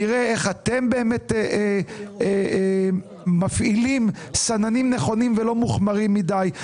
נראה איך אתם באמת מפעילים סננים נכונים ולא מוחמרים מדי,